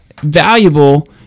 valuable